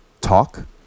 talk